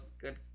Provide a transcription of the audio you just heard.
good